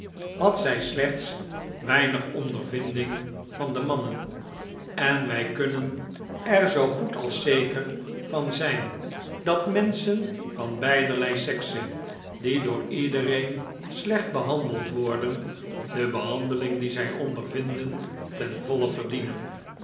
had zij slechts weinig ondervinding van de mannen en wij kunnen er zoo goed als zeker van zijn dat menschen van beiderlei sekse die door iedereen slecht behandeld worden de behandeling die zij ondervinden ten voile verdienen